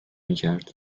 میکر